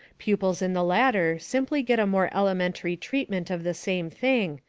pupils in the latter simply get a more elementary treatment of the same thing,